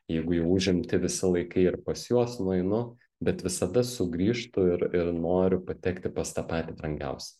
jeigu jau užimti visi laikai ir pas juos nueinu bet visada sugrįžtu ir ir noriu patekti pas tą patį brangiausią